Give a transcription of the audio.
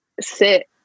sit